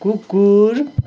कुकुर